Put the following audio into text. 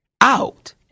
out